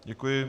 Děkuji.